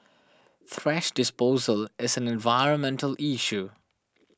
thrash disposal is an environmental issue